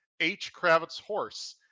hkravitzhorse